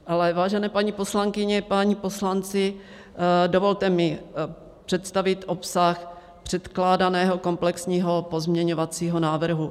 Ale vážené paní poslankyně, páni poslanci, dovolte mi představit obsah předkládaného komplexního pozměňovacího návrhu.